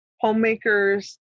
homemakers